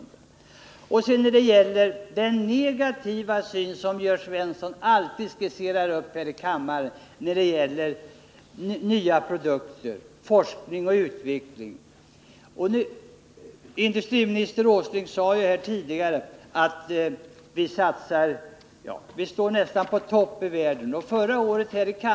Jag vill även säga några ord om den negativa syn som Jörn Svensson här i kammaren alltid skisserar upp när det gäller satsningar på nya produkter och forskning och utveckling. Industriminister Åsling sade tidigare i debatten att vi nästan står på toppen i världen när det gäller sådana satsningar.